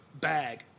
bag